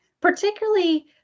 particularly